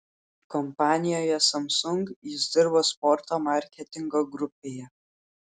kompanijoje samsung jis dirbo sporto marketingo grupėje